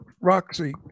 Roxy